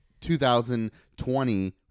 2020